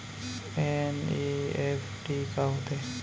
NEFT का होथे?